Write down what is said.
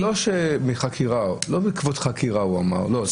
הוא לא אמר בעקבות חקירה.